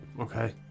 okay